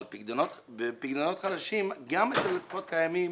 אבל בפיקדונות חדשים, גם אצל לקוחות קיימים,